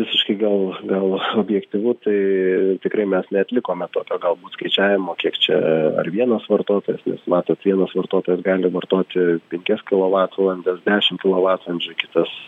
visiškai gal gal objektyvu tai tikrai mes neatlikome tokio galbūt skaičiavimo kiek čia ar vienas vartotojas nes matot vienas vartotojas gali vartoti penkias kilovatvalandes dešimt kilovatvalandžių kitas